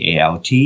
ALT